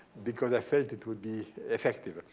because i felt it would be effective.